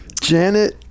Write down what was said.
Janet